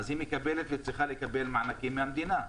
אז היא מקבלת וצריכה לקבל מענקים מהמדינה.